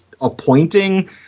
appointing